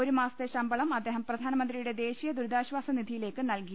ഒരു മാസത്തെ ശമ്പളം അദ്ദേഹം പ്രധാനമന്ത്രിയുടെ ദേശീയ ദുരിതാശ്വാസ നിധിയിലേക്ക് നൽകി